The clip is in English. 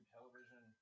Television